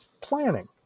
planning